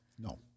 No